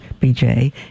BJ